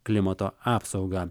klimato apsaugą